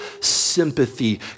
sympathy